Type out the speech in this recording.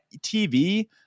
TV